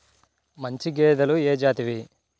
మంచి గేదెలు ఏ జాతివి?